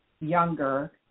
younger